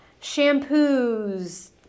shampoos